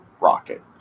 Rocket